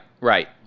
Right